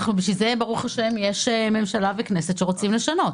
לכן ב"ה יש ממשלה וכנסת שרוצים לשנות.